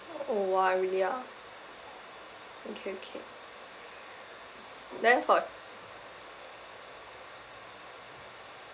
!wah! really ah okay okay then for